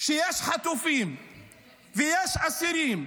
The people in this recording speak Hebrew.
כשיש חטופים ויש אסירים,